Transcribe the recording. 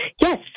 Yes